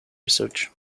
research